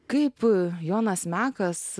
kaip jonas mekas